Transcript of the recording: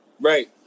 right